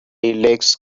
legs